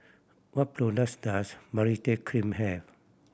what products does Baritex Cream have